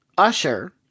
Usher